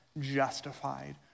justified